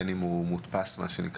בין אם הוא מודפס על נייר,